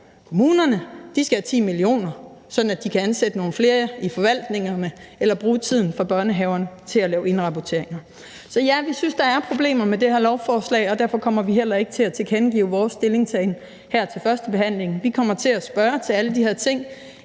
Kommunerne skal have 10 mio. kr., sådan at de kan ansætte nogle flere i forvaltningerne eller bruge tiden fra børnehaverne til at lave indrapporteringer. Så ja, vi synes, at der er problemer med det her lovforslag, og derfor kommer vi heller ikke til at tilkendegive vores stillingtagen her til førstebehandlingen. Vi kommer til at spørge til alle de her ting